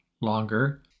longer